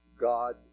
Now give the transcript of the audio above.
God